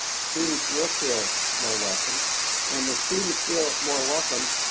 students will feel more welcome and when students feel more welcome,